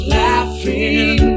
laughing